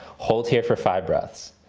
hold here for five breaths.